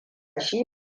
shi